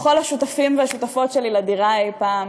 ולכל השותפים והשותפות שלי לדירה אי פעם,